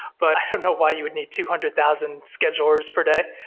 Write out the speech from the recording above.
but i don't know why you would need two hundred thousand schedulers per day,